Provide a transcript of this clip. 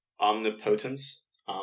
Omnipotence